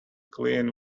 clean